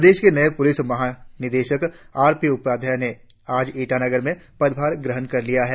प्रदेश के नये पुलिस महा निदेशक आर पी उपाध्याय ने आज ईटानगर में पदभार ग्रहण कर लिया है